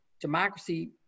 democracy